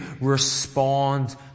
respond